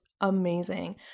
amazing